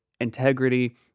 integrity